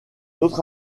autre